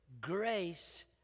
grace